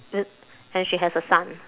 and she has a son